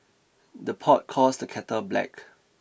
the pot calls the kettle black